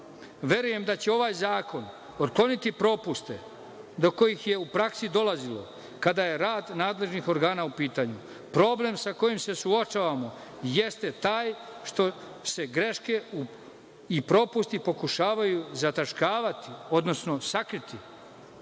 torturu. Verujem da će ovaj zakon otkloniti propuste do kojih je u praksi dolazilo kada je rad nadležnih organa u pitanju. Problem sa kojim se suočavamo jeste taj što se greške i propusti pokušavaju zataškavati, odnosno sakriti. Bili